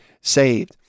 saved